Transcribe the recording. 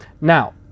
Now